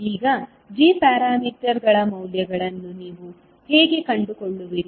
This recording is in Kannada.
ಈಗ g ಪ್ಯಾರಾಮೀಟರ್ಗಳ ಮೌಲ್ಯಗಳನ್ನು ನೀವು ಹೇಗೆ ಕಂಡುಕೊಳ್ಳುವಿರಿ